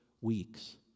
weeks